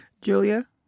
Julia